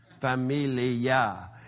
familia